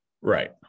right